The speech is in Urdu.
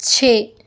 چھ